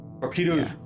Torpedoes